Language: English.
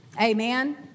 Amen